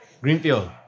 Greenfield